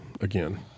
again